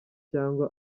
cyangwa